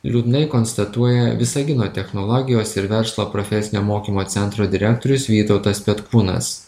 liūdnai konstatuoja visagino technologijos ir verslo profesinio mokymo centro direktorius vytautas petkūnas